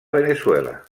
veneçuela